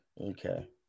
Okay